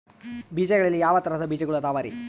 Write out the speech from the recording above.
ಬೇಜಗಳಲ್ಲಿ ಯಾವ ತರಹದ ಬೇಜಗಳು ಅದವರಿ?